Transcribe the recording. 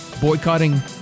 boycotting